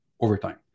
overtime